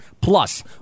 plus